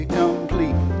complete